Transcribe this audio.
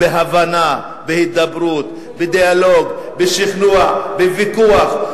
בהבנה, בהידברות, בדיאלוג, בשכנוע, בוויכוח.